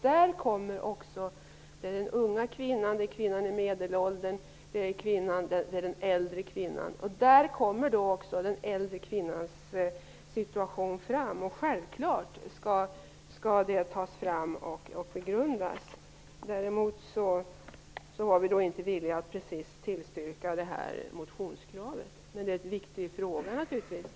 Där kommer även den äldre kvinnans situation fram. Självklart skall resultatet begrundas. Däremot har vi inte velat tillstyrka motionskravet. Men det är naturligtvis en viktig fråga.